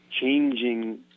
changing